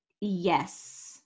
Yes